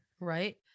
right